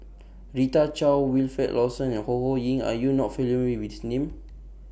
Rita Chao Wilfed Lawson and Ho Ho Ying Are YOU not familiar with These Names